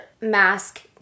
mask